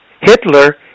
Hitler